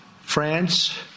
France